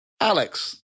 Alex